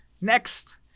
Next